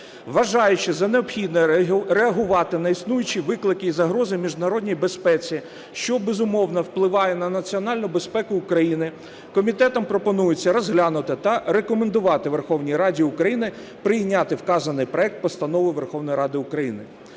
Вважаючи за необхідне реагувати на існуючі виклики і загрози міжнародній безпеці, що, безумовно, впливає на національну безпеку України, комітетом пропонується розглянути та рекомендувати Верховній Раді України прийняти вказаний проект постанови Верховної Ради України.